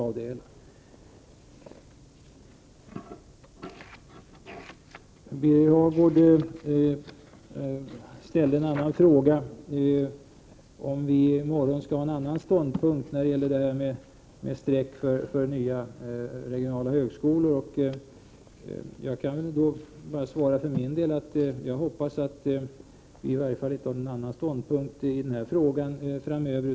Birger Hagård frågade om vi i morgon kommer att ha en annan ståndpunkt beträffande behovet av ett streck för nya regionala högskolor. Jag kan bara för min del svara att jag i varje fall hoppas att vi inte skall ha någon annan ståndpunkt i denna fråga framöver.